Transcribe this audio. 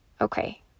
okay